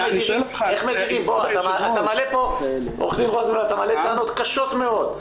אתה מעלה טענות קשות מאוד.